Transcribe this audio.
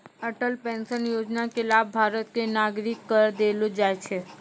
Atal pension योजना के लाभ भारत के नागरिक क देलो जाय छै